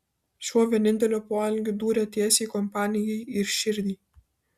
šiuo vieninteliu poelgiu dūrė tiesiai kompanijai į širdį